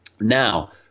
Now